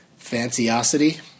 Fanciosity